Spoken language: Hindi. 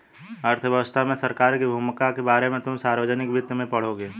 अर्थव्यवस्था में सरकार की भूमिका के बारे में तुम सार्वजनिक वित्त में पढ़ोगे